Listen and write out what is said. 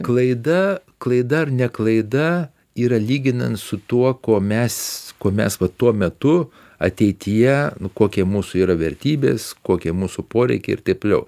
klaida klaida ar ne klaida yra lyginant su tuo ko mes ko mes va tuo metu ateityje nu kokie mūsų yra vertybės kokie mūsų poreikiai ir taip toliau